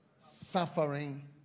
suffering